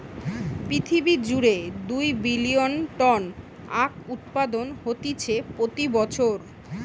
পৃথিবী জুড়ে দুই বিলিয়ন টন আখউৎপাদন হতিছে প্রতি বছর